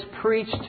preached